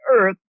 earth